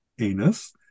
anus